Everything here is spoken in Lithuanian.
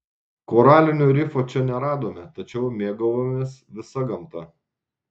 koralinio rifo čia neradome tačiau mėgavomės visa gamta